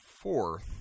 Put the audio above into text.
fourth